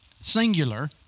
singular